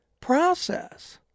process